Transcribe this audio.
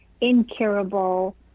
incurable